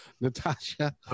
Natasha